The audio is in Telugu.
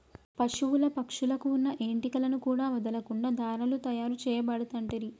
పశువుల పక్షుల కు వున్న ఏంటి కలను కూడా వదులకుండా దారాలు తాయారు చేయబడుతంటిరి